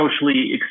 socially